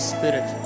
Spirit